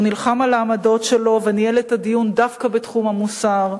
הוא נלחם על העמדות שלו וניהל את הדיון דווקא בתחום המוסר.